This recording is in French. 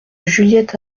juliette